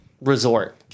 resort